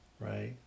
right